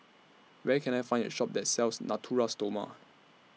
Where Can I Find A Shop that sells Natura Stoma